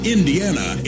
Indiana